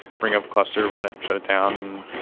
bring up a cluster, run it, shut it down.